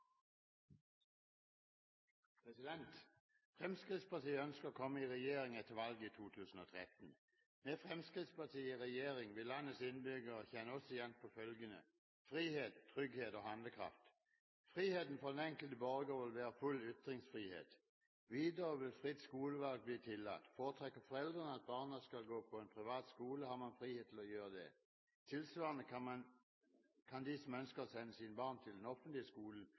Fremskrittspartiet ønsker å komme i regjering etter valget i 2013. Med Fremskrittspartiet i regjering vil landets innbyggere kjenne oss igjen på følgende: frihet, trygghet og handlekraft. Friheten for den enkelte borger vil være full ytringsfrihet. Videre vil fritt skolevalg bli tillatt. Foretrekker foreldrene at barna skal gå på en privat skole, har man frihet til å gjøre det. Tilsvarende kan de som ønsker å sende sine barn til den offentlige skolen,